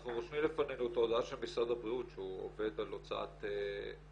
אנחנו רושמים לפנינו את ההודעה של משרד הבריאות שהוא עובד על הוצאת חוזר